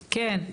כן.